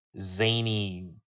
zany